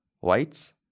whites